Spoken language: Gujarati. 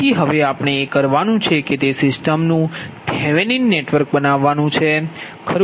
તેથી હવે આપણે એ કરવાનું છે કે તે સિસ્ટમનું થેવેનિન નેટવર્ક બનાવવાનુ છે ખરું